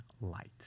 light